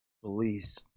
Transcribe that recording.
police